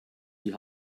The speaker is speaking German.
die